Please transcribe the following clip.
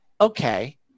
okay